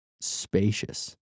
spacious